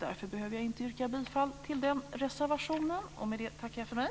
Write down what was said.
Därför behöver jag inte yrka bifall till den reservationen. Med det tackar jag för mig.